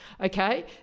Okay